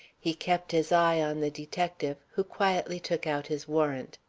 he kept his eye on the detective, who quietly took out his warrant.